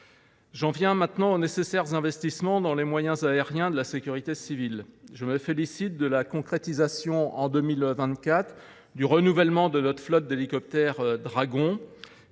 J’en viens maintenant aux nécessaires investissements dans les moyens aériens de la sécurité civile. Je me félicite de la concrétisation en 2024 du renouvellement de notre flotte d’hélicoptères Dragon.